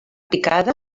picada